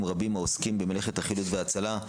רבים העוסקים במלאכת החילוץ וההצלה,